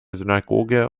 synagoge